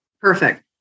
perfect